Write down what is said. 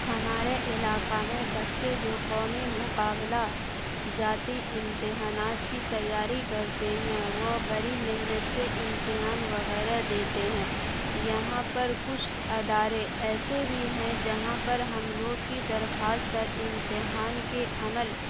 ہمارے علاقہ میں بچے جو قومی مقابلہ جاتی امتحانات کی تیاری کرتے ہیں وہ بڑی محنت سے امتحان وغیرہ دیتے ہیں یہاں پر کچھ ادارے ایسے بھی ہیں جہاں پر ہم لوگوں کی درخواست اور امتحان کے عمل